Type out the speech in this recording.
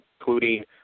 including